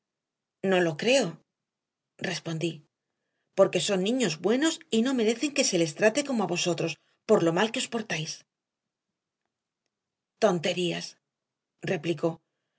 no lo creo respondí porque son niños buenos y no merecen que se les trate como a vosotros por lo mal que os portáis tonterías replicó